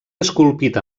esculpit